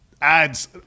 ads